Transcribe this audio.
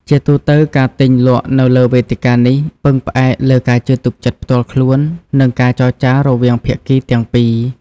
ជាទូទៅ ការទិញលក់នៅលើវេទិកានេះពឹងផ្អែកលើការជឿទុកចិត្តផ្ទាល់ខ្លួននិងការចរចារវាងភាគីទាំងពីរ។